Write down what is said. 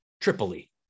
Tripoli